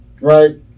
Right